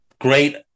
Great